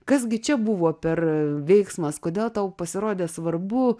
kas gi čia buvo per veiksmas kodėl tau pasirodė svarbu